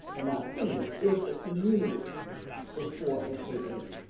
in my opinion, if the community is for a k eight,